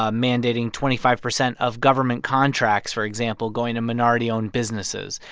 ah mandating twenty five percent of government contracts, for example, going to minority-owned businesses.